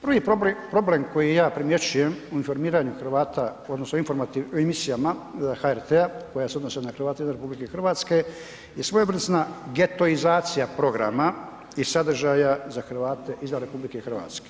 Prvi problem koji ja primjećujem o informiranju Hrvata odnosno informativnim emisijama HRT-a koje se odnose na Hrvate izvan RH je svojevrsna getoizacija programa i sadržaja za Hrvate izvan RH.